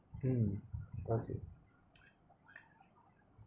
mm okay